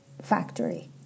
factory